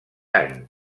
any